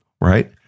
right